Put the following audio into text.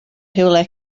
rhywle